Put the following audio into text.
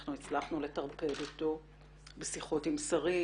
אנחנו הצלחנו לטרפד אותו בשיחות עם שרים,